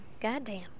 Goddamn